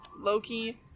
Loki